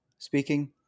speaking